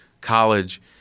college